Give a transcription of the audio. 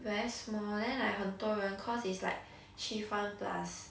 very small then like 很多人 cause it's like shift one plus